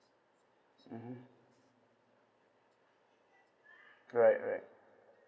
mmhmm right right